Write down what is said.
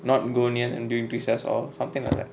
not gone your pisaso something like that